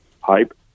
hype